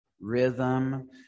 Rhythm